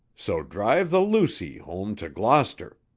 so drive the lucy home to gloucester.